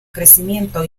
crecimiento